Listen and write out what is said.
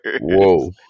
Whoa